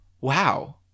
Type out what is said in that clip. wow